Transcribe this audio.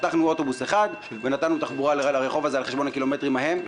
חתכנו אוטובוס אחד ונתנו תחבורה לרחוב הזה על חשבון הקילומטרים ההם.